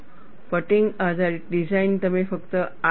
fatigue આધારિત design તમે ફક્ત આ જ કરશો